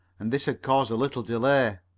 and this had caused a little delay.